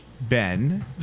Ben